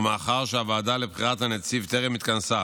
ומאחר שהוועדה לבחירת הנציב טרם התכנסה